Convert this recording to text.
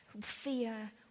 fear